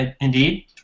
Indeed